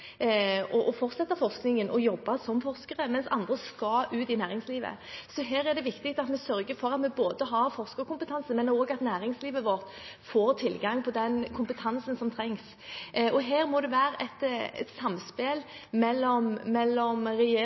og fortsette forskningen og jobbe som forskere, mens andre skal ut i næringslivet. Så her er det viktig at vi både sørger for at vi har forskerkompetanse og at næringslivet vårt får tilgang på den kompetansen som trengs. Her må det være et samspill mellom